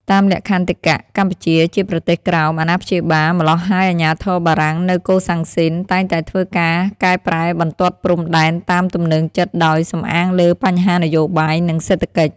តាមលក្ខន្តិកៈ កម្ពុជា ជាប្រទេសក្រោម អាណាព្យាបាល ម្ល៉ោះហើយអាជ្ញាធរបារាំងនៅកូសាំងស៊ីន តែងតែធ្វើការកែប្រែបន្ទាត់ព្រំ ដែនតាមទំនើងចិត្តដោយ សំអាងលើបញ្ហានយោបាយ និងសេដ្ឋកិច្ច។